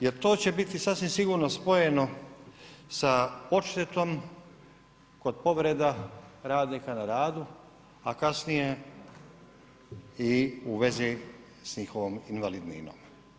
Jer to će biti sasvim sigurno spojeno sa odštetom kod povreda radnika na radu, a kasnije i u vezi s njihovom invalidninom.